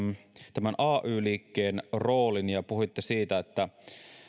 tämän ay liikkeen roolin puhuitte siitä että